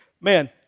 man